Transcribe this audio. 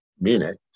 Munich